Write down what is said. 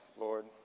Lord